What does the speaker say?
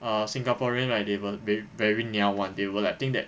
ah singaporean like they will they very niao [one] they will like think that